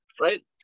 right